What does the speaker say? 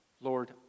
Lord